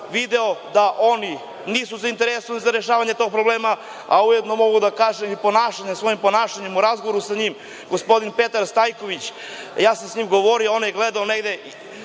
video da oni nisu zainteresovani za rešavanje tog problema. Ujedno, mogu da kažem i da je svojim ponašanjem u razgovoru sa njim, gospodin Petar Stajković, ja sam s njim govorio, on je gledao negde